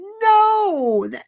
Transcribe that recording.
No